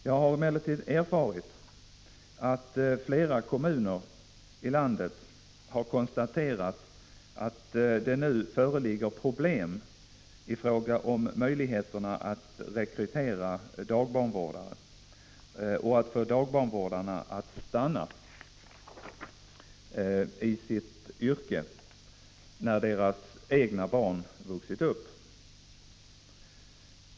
Jag har emellertid erfarit att flera kommuner i landet har konstaterat att det nu föreligger problem i fråga om möjligheterna att rekrytera dagbarnvårdare och att få dagbarnvårdarna att stanna kvar i sitt yrke när deras egna barn vuxit upp.